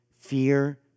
fear